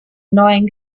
neuen